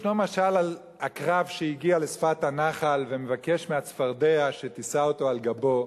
ישנו משל על עקרב שהגיע לשפת הנחל ומבקש מהצפרדע שתישא אותו על גבו.